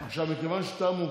אז קדימה.